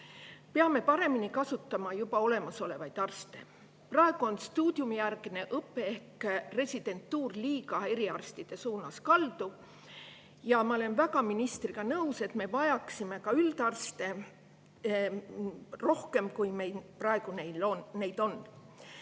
Peame paremini kasutama olemasolevaid arste. Praegu on stuudiumijärgne õpe ehk residentuur liiga eriarstide suunas kaldu. Ja ma olen ministriga väga nõus, et me vajaksime üldarste rohkem, kui meil praegu neid on.